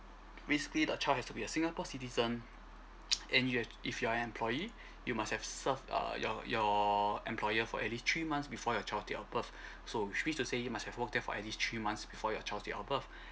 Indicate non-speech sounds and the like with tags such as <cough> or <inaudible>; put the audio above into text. basically the child has to be a singapore citizen <noise> and you have you are employee you must have served err your your employer for at least three months before your child date of birth <breath> so which mean to say you must have worked there for at least three months before your child date of birth